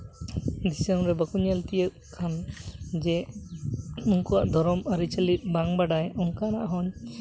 ᱫᱤᱥᱚᱢ ᱨᱮ ᱵᱟᱠᱚ ᱧᱮᱞ ᱛᱤᱭᱳᱜ ᱠᱷᱟᱱ ᱡᱮ ᱩᱱᱠᱩᱣᱟᱜ ᱫᱷᱚᱨᱚᱢ ᱟᱹᱨᱤᱪᱟᱹᱞᱤ ᱵᱟᱝ ᱵᱟᱰᱟᱭ ᱚᱱᱠᱟᱱᱟᱜ ᱦᱚᱸ